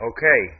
Okay